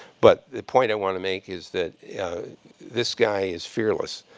but the point i want to make is that this guy is fearless.